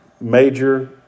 major